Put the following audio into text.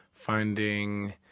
finding